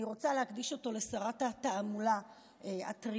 אני רוצה להקדיש אותו לשרת התעמולה הטרייה,